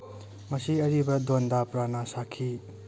ꯃꯁꯤ ꯑꯔꯤꯕ ꯗꯣꯟꯗꯥ ꯄ꯭ꯔꯥꯟꯅꯥ ꯁꯥꯈꯤ